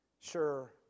sure